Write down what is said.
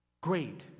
great